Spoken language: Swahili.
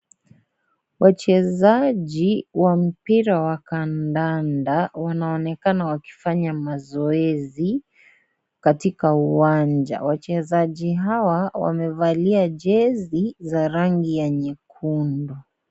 Wachezaji wa mpira wa kandanda, wanaonekana wakifanya mazoezi katika uwanja. Wachezaji hawa, wamevalia jezi za rangi ya nyekundu.